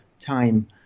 time